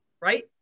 right